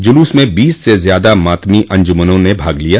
जुलूस में बीस से ज्यादा मातमी अंजुमनों ने भाग लिया